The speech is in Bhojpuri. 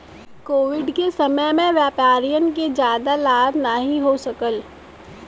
कोविड के समय में व्यापारियन के जादा लाभ नाहीं हो सकाल